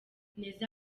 neza